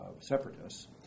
separatists